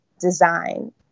design